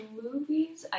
movies